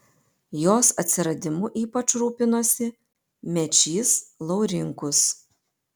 jos atsiradimu ypač rūpinosi mečys laurinkus